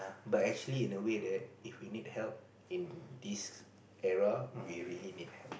but actually in a way that if we need help in this area we really need help